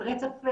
על רצף,